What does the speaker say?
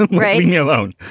um you're alone.